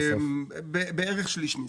בערך שליש.